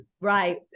right